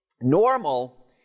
Normal